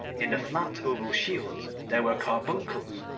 in the flat oval shields there were carbuncles,